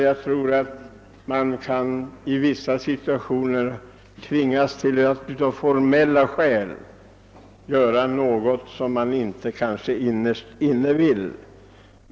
Jag tror att man ibland tvingas till att av formella skäl göra något som man kanske innerst inte vill.